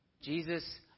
Jesus